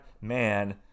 man